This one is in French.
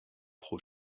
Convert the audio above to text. pro